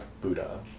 Buddha